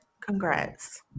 congrats